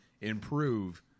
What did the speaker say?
improve